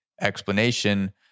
explanation